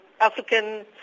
African